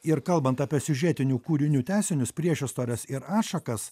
ir kalbant apie siužetinių kūrinių tęsinius priešistorės ir atšakas